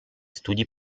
studi